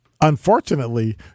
Unfortunately